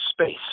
space